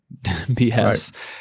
BS